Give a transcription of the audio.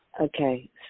Okay